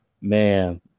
man